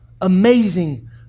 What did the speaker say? amazing